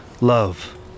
love